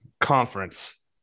conference